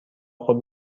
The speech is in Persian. خود